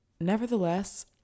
Nevertheless